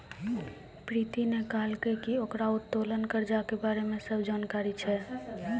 प्रीति ने कहलकै की ओकरा उत्तोलन कर्जा के बारे मे सब जानकारी छै